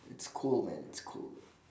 it's cold man it's cold